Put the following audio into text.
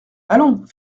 allons